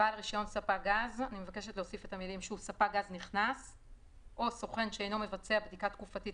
בעל רישיון ספק גז שהוא ספק גז נכנס או סוכן שאינו מבצע בדיקה תקופתית